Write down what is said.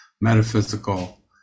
metaphysical